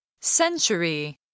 Century